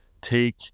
take